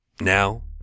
Now